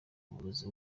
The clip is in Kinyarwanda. uburozi